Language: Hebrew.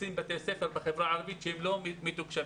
בתי ספר בחברה הערבית שהם לא מתוקשבים.